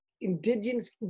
indigenous